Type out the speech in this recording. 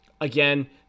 again